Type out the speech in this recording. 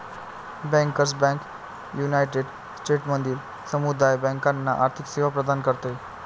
bankers bank united स्टेट्समधील समुदाय बँकांना आर्थिक सेवा प्रदान करते